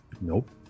nope